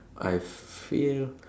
I feel